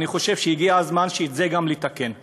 ואני חושב שהגיע הזמן לתקן גם את זה.